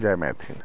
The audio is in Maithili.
जय मैथिल